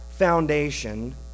foundation